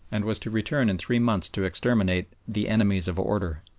and was to return in three months to exterminate the enemies of order.